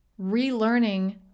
relearning